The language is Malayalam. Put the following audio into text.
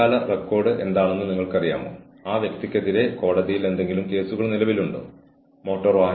ഇലക്ട്രോണിക് മീഡിയ ലോഫിംഗിൽ നിന്ന് വ്യത്യസ്തമായി ഇത് അവരുടെ ഉൽപ്പാദനക്ഷമതയിൽ എന്ത് സ്വാധീനം ചെലുത്തുമെന്ന് ഓർഗനൈസേഷന്ന് നിർണ്ണയിക്കാനാകും